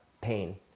pain